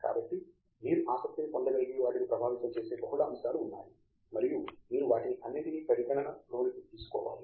కాబట్టి మీరు ఆసక్తిని పొందగలిగే వాటిని ప్రభావితం చేసే బహుళ అంశాలు ఉన్నాయి మరియు మీరు వాటిని అన్నింటినీ పరిగణనలోకి తీసుకోవాలి